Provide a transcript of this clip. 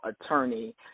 attorney